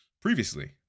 previously